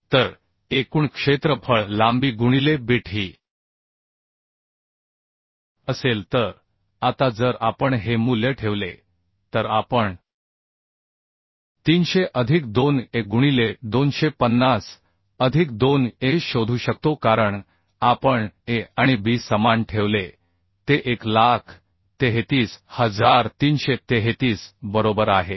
तर एकूण क्षेत्रफळ लांबी गुणिले बिट ही असेल तर आता जर आपण हे मूल्य ठेवले तर आपण 300 अधिक 2 a गुणिले 250 अधिक 2 a शोधू शकतो कारण आपण A आणि B समान ठेवले ते 133333 बरोबर आहे